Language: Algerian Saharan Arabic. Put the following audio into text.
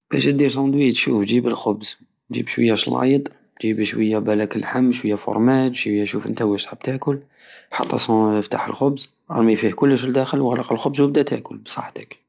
كيش دير سوندويش شوفو جيب الخبز وجيب شوية شلايض وجيب شوية بالاك لحم وجيب شوية قرماح شوف نتا وش حاب تاكل حط السون- افتح الخبز ارمي فيه كلش لداخل وخلق الخبز وبدى تاكل بصحتك